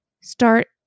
start